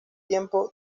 tiempo